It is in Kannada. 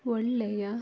ಒಳ್ಳೆಯ